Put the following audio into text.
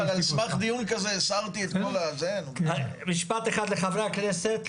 אבל על סמך דיון כזה --- משפט אחד לחברי הכנסת,